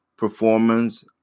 performance